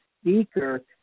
speaker